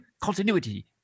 continuity